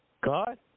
God